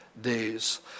days